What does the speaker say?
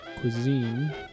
cuisine